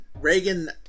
Reagan